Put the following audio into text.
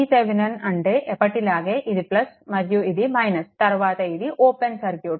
VThevenin అంటే ఎప్పటిలాగే ఇది మరియు ఇది తరువాత ఇది ఓపెన్ సర్క్యూట్